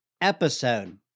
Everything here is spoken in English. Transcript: episode